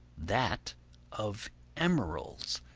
that of emeralds,